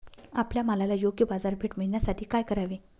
आपल्या मालाला योग्य बाजारपेठ मिळण्यासाठी काय करावे?